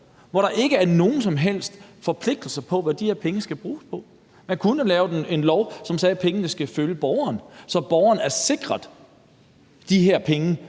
hvor der ikke er nogen som helst forpligtelser på, hvad de her penge skal bruges på. Man kunne jo lave en lov, som sagde, at pengene skal følge borgeren, så borgeren er sikret, i forhold